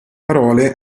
parole